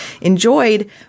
enjoyed